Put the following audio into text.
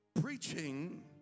preaching